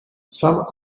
some